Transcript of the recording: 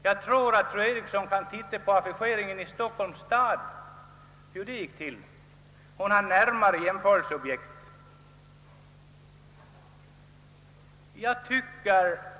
Jag tror att fru Eriksson borde titta litet på den affischering som förekom i Stockholms stad. Där har hon närmare jämförelseobjekt.